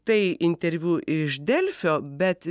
tai interviu iš delfio bet